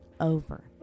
over